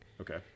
Okay